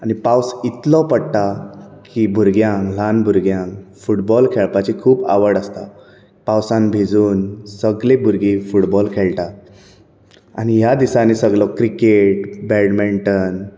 आनी पावस इतलो पडटा की भुरग्यांक ल्हान भुरग्यांक फुटबॉल खेळपाची खूब आवड आसता पावसांत भिजून सगळीं भुरगीं फुटबॉल खेळटा आनी ह्या दिसांनी सगळो क्रिकेट बेडमिंटन